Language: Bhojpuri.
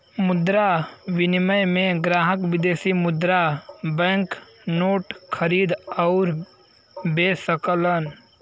मुद्रा विनिमय में ग्राहक विदेशी मुद्रा बैंक नोट खरीद आउर बे सकलन